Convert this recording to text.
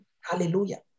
hallelujah